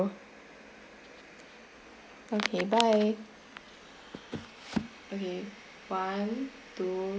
okay bye okay one two